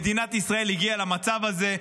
מדינת ישראל הגיעה למצב הזה,